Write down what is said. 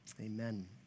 Amen